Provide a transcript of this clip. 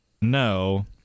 no